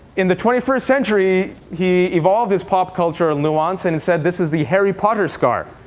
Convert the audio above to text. in the twenty first century, he evolved his pop culture nuance and said this is the harry potter scar,